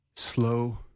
Slow